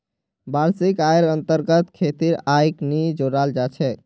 वार्षिक आइर अन्तर्गत खेतीर आइक नी जोडाल जा छेक